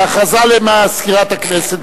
הודעה למזכירת הכנסת.